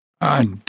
I